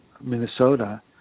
minnesota